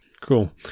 Cool